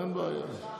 אין בעיה.